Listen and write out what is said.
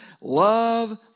Love